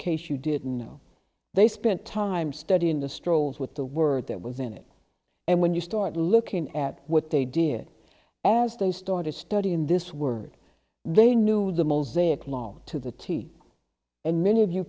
case you didn't know they spent time studying the strolls with the word that was in it and when you start looking at what they did as they started studying this word they knew the mosaic law to the tee and many of you